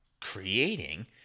creating